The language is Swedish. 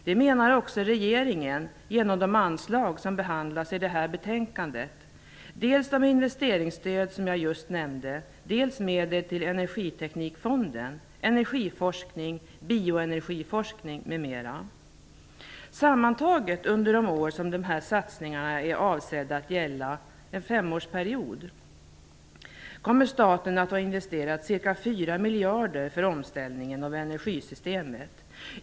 Det menar också regeringen genom de anslag som behandlas i detta betänkande, dels de investeringsstöd som jag just nämnde, dels medel till Energiteknikfonden, energiforskning, bioenergiforskning m.m. Sammantaget under de år som dessa satsningar är avsedda att gälla - en femårsperiod - kommer staten att ha investerat ca 4 miljarder för omställningen av energisystemet.